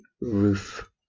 roof